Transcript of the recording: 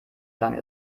lang